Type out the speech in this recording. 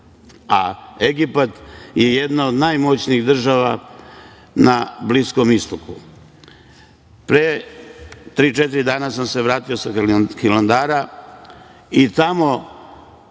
a Egipat je jedna od najmoćnijih država na Bliskom istoku. Pre tri, četiri dana sam se vrati sa Hilandara i tamo